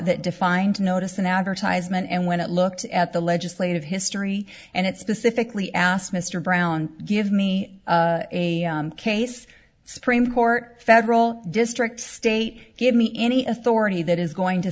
that defines noticed an advertisement and when it looked at the legislative history and it specifically asked mr brown give me a case supreme court federal district state give me any authority that is going to